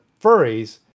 furries